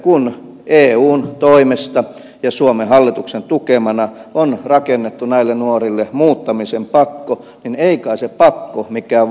kun eun toimesta ja suomen hallituksen tukemana on rakennettu näille nuorille muuttamisen pakko niin ei kai se pakko mikään vapaus ole